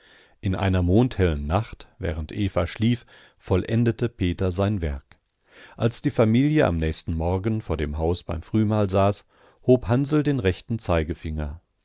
in einer mondhellen nacht während eva schlief vollendete peter sein werk als die familie am nächsten morgen vor dem haus beim frühmahl saß hob hansl den rechten zeigefinger